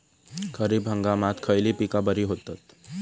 खरीप हंगामात खयली पीका बरी होतत?